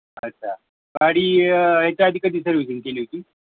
अच्छा गाडी याच्या आधी कधी सर्विसिंग केली होती